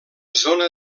zona